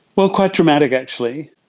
well, quite dramatic actually.